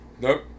Nope